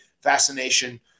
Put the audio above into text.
fascination